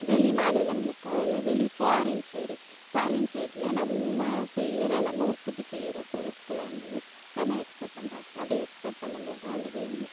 வெளி மாநிலங்களுக்கும் இல்லை வெளி ஃபாரின் சைடு ஃபாரின் சைடில் நம்ம செய்யிற நம்ம உற்பத்தி செய்யிற பொருட்களை வந்து நம்ம எக்ஸ்போர்ட் பண்ணுறோம் அப்படி எக்ஸ்போர்ட் பண்ணும் போது அந்த வெளி